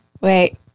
Wait